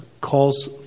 calls